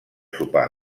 sopar